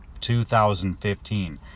2015